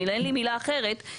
אין לי מילה אחרת,